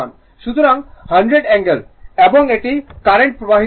সুতরাং 100 অ্যাঙ্গেল সময় দেখুন 3701 এবং এটি কারেন্ট প্রবাহিত হচ্ছে